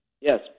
Yes